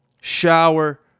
Shower